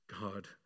God